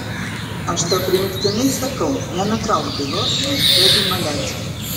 aš tau primygtinai sakau nenutrauk bylos manfredui maleckiui